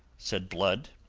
said blood,